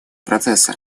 процесса